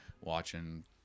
watching